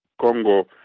Congo